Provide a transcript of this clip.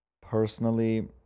personally